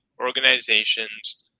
organizations